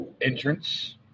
entrance